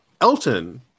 Elton